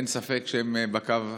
אין ספק שהם בקו הראשון,